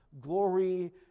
glory